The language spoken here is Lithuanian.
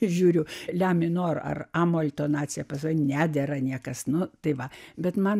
žiūriu lemia noro ar amo intonacija poza nedera niekas nu tai va bet man